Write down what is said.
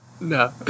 No